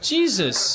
Jesus